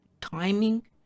timing